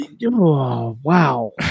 Wow